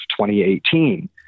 2018